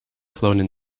cloning